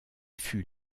fut